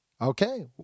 Okay